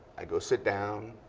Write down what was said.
i go sit down.